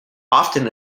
often